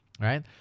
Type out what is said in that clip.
right